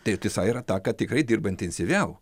tai tiesa yra ta kad tikrai dirba intensyviau